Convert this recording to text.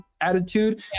attitude